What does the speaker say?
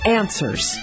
answers